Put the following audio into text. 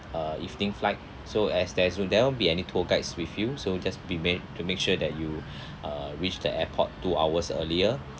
uh evening flight so as there's there won't be any tour guides with you so just be made to make sure that you uh reach the airport two hours earlier